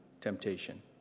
temptation